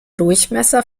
durchmesser